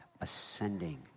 ascending